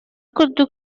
курдук